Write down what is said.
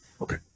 Okay